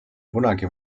kunagi